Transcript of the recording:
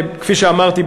כפי שאמרתי,